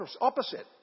opposite